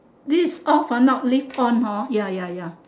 this off ah not live on hor ya ya ya